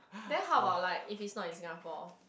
then how about like if it's not in Singapore